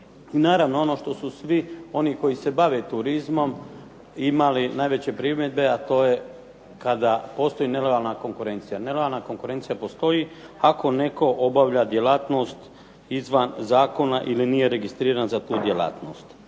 Naravno ono što su svi oni koji se bave turizmom imali najveće primjedbe, a to je kada postoji nelojalna konkurencija. Nelojalna konkurencija postoji ako netko obavlja djelatnost izvan zakona ili nije registriran za tu djelatnost.